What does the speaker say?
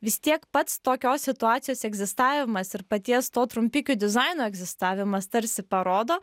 vis tiek pats tokios situacijos egzistavimas ir paties to trumpikių dizaino egzistavimas tarsi parodo